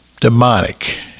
demonic